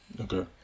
okay